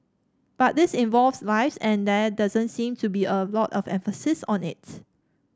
but this involves lives and there doesn't seem to be a lot of emphasis on it